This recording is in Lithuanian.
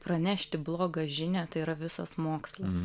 pranešti blogą žinią tai yra visas mokslas